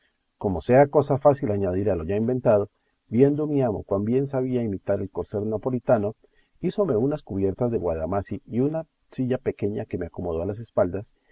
como sea cosa fácil añadir a lo ya inventado viendo mi amo cuán bien sabía imitar el corcel napolitano hízome unas cubiertas de guadamací y una silla pequeña que me acomodó en las